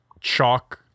chalk